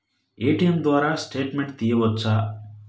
ATM card ద్వారా statement తీయవచ్చా?